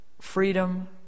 freedom